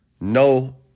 no